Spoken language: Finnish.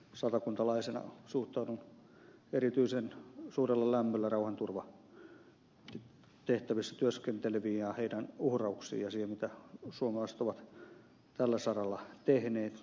satakuntalaisena suhtaudun erityisen suurella lämmöllä rauhanturvatehtävissä työskenteleviin ja heidän uhrauksiinsa ja siihen mitä suomalaiset ovat tällä saralla tehneet